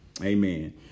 Amen